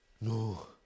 No